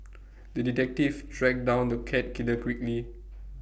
the detective tracked down the cat killer quickly